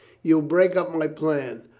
you'd break up my plan.